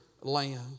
land